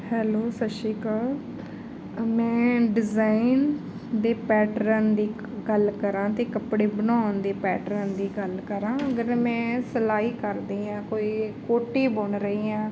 hello ਸਤਿ ਸ਼੍ਰੀ ਅਕਾਲ ਮੈਂ ਡਿਜਾਇਨ ਦੇ ਪੈਟਰਨ ਦੀ ਗੱਲ ਕਰਾਂ ਅਤੇ ਕੱਪੜੇ ਬਣਾਉਣ ਦੇ ਪੈਟਰਨ ਦੀ ਗੱਲ ਕਰਾਂ ਅਗਰ ਮੈਂ ਸਲਾਈ ਕਰਦੀ ਹਾਂ ਕੋਈ ਕੋਟੀ ਬੁਣ ਰਹੀ ਹਾਂ